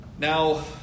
Now